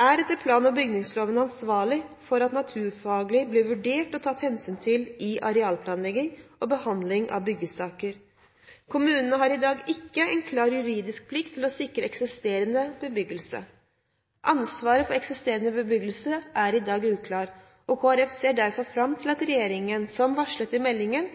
er etter plan- og bygningsloven ansvarlig for at naturfare blir vurdert og tatt hensyn til i arealplanlegging og behandling av byggesaker. Kommunene har i dag ikke en klar juridisk plikt til å sikre eksisterende bebyggelse. Ansvaret for eksisterende bebyggelse er i dag uklart, og Kristelig Folkeparti ser derfor fram til at regjeringen, som varslet i meldingen,